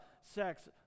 sex